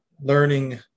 learning